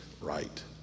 right